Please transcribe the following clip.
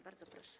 Bardzo proszę.